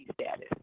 status